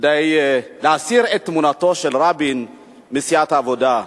כדאי להסיר את תמונתו של רבין מסיעת העבודה.